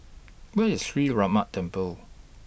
Where IS Sree Ramar Temple